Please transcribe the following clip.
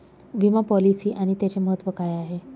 विमा पॉलिसी आणि त्याचे महत्व काय आहे?